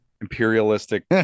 imperialistic